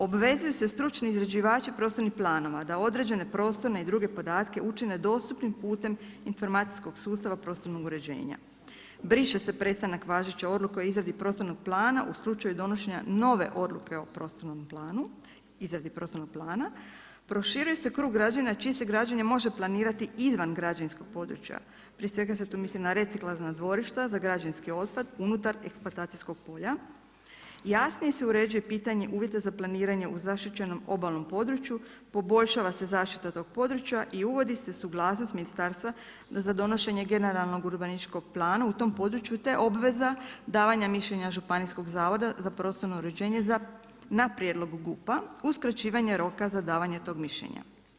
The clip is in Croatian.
Obvezuju se stručni izrađivači prostornih planova da određene prostorne i druge podatke učine dostupnim putem informacijskog sustava prostornog uređenja, briše se prestanak važeće odluke o izradi prostornog plana u slučaju donošenja nove odluke o prostornom planu izradi prostornog plana, proširuje se krug građenja čije se građenje može planirati izvan građevinskog područja prije svega se tu misli na reciklažna dvorišta za građevinski otpad unutar eksploatacijskog polja, jasnije se uređuje pitanje uvjeta za planiranje u zaštićenom obalnom području, poboljšava se zaštita tog područja i uvodi se suglasnost ministarstva da za donošenje generalnog urbanističkog plana u tom području te obveza davanja mišljenja županijskog zavoda za prostorno uređenje na prijedlog GUP-a, uskraćivanje roka za davanje tog mišljenja.